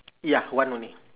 ya one only